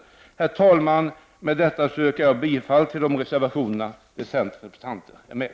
Herr talman! Med detta yrkar jag bifall till de reservationer där centerrepresentanterna är med.